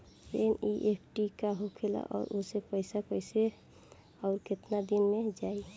NEFT का होखेला और ओसे पैसा कैसे आउर केतना दिन मे जायी?